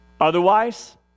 Otherwise